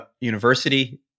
University